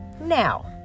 Now